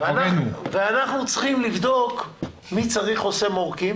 ואנחנו צריכים לבדוק מי צריך חוסם עורקים